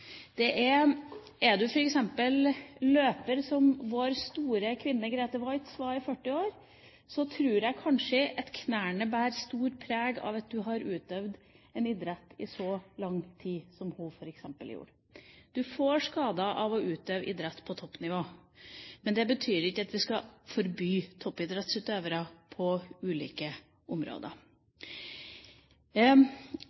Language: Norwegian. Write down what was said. Er du f.eks. løper, som vår store kvinne Grete Waitz var i 40 år, tror jeg kanskje at knærne bærer stort preg av at man har utøvd en idrett i så lang tid som f.eks. hun gjorde. Du får skader av å utøve idrett på toppnivå, men det betyr ikke at vi skal forby toppidrettsutøvere på ulike